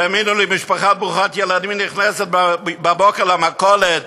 תאמינו לי, משפחה ברוכת ילדים נכנסת בבוקר למכולת,